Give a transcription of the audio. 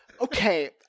Okay